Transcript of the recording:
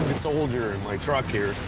soldier in my truck here,